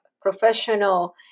professional